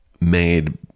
made